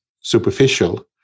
superficial